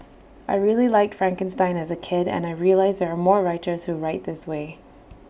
I really liked Frankenstein as A kid and I realised there are more writers who write this way